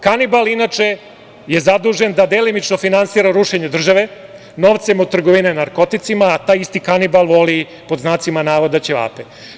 Kanibal, inače, je zadužen da delimično finansira rušenje države novcem od trgovine narkoticima, a taj isti kanibal voli „ćevape“